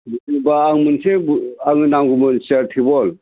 होनबा आं मोनसे आंनो नांगौमोन सियार टेबोल